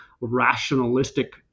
rationalistic